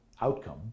outcome